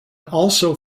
also